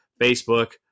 Facebook